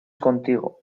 contigo